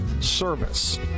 service